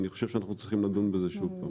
אני חושב שאנחנו צריכים לדון בזה שוב.